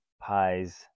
pies